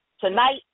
Tonight